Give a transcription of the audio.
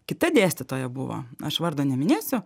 kita dėstytoja buvo aš vardo neminėsiu